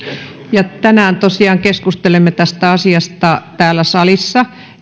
tänään tosiaan keskustelemme tästä asiasta täällä salissa